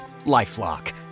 LifeLock